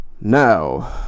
now